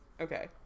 Okay